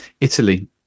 Italy